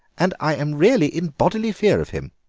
and i am really in bodily fear of him.